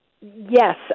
Yes